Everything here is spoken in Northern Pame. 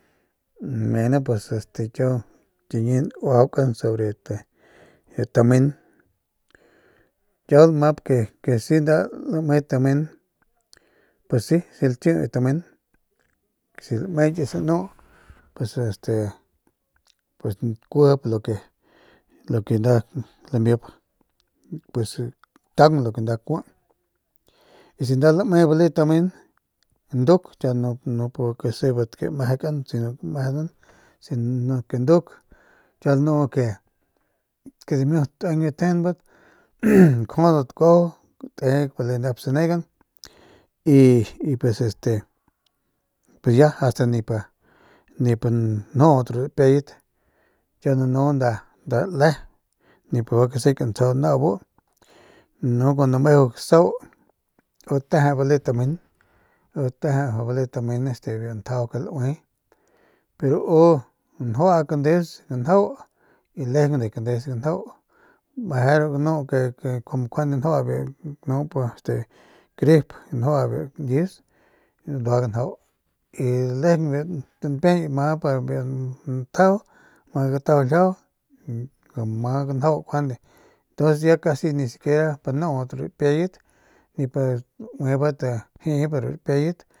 Bueno pues este chiñi nuajaukan sobre biu tamen kiau lamap ke si nda lame tamen pues si laki biu tamen lame ki sanu pues este kiujip lu ke nda lamip taung lo ke nda kui y si lame nda bale tamen nduk nip guakaseban ke mejekan u ke mejenan si ke nduk kiau lanu ke dimiut tueng biu tjejenbat njuaudat kuajau te bale nep sanegan y pues este, y ya asta nip nip njuudat ru rapiayat kiau nanu nda le nip guakasekan tsjau nau bu nanu kun ameju gasau u teje bale u teje bale tamen este biu njajau ke laui kun ameju gasau u pero u njua kandeus janjau y lejen de kandeus ganjau meje ru ganu ke ke kumu njua ganup grip njua biu ñkius bandua janjau y lejeng biu tanpiay ama pa ntjajau ma gatajau ljiajau ama ganjau njuande pus ya casi nip nudat ru rapiayat nip lauibat jiibat ru rapiayat.